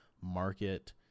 market